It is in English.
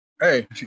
Hey